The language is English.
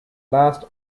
last